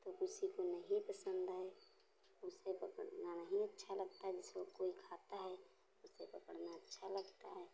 तो किसी को नहीं पसंद है उसको पकड़ना नहीं अच्छा लगता जैसे कोई खाता है उसे पकड़ना अच्छा लगता है